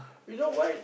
you know why